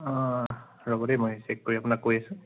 অঁ ৰ'ব দেই মই চেক কৰি আপোনাক কৈ আছোঁ